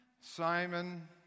Simon